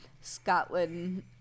Scotland